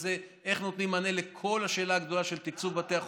וזה איך נותנים מענה לכל השאלה הגדולה של תקצוב בתי חולים,